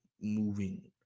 moving